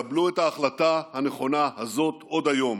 קבלו את ההחלטה הנכונה הזאת עוד היום,